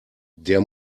der